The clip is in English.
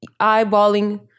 eyeballing